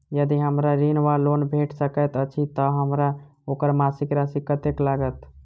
यदि हमरा ऋण वा लोन भेट सकैत अछि तऽ हमरा ओकर मासिक राशि कत्तेक लागत?